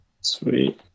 Sweet